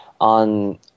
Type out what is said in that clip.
on